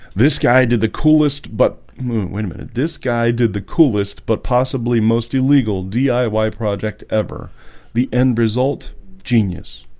this guy did the coolest, but wait a minute this guy did the coolest but possibly most illegal diy project ever the end result genius